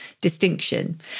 distinction